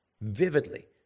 vividly